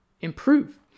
improve